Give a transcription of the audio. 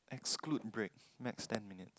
exclude break max ten minutes